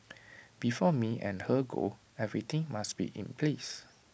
before me and her go everything must be in place